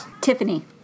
Tiffany